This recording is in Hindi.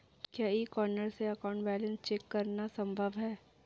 क्या ई कॉर्नर से अकाउंट बैलेंस चेक करना संभव है?